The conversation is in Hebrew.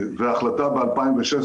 הייתה גם החלטה ב-2016,